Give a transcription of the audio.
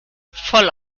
voll